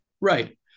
Right